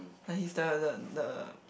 like he's the the the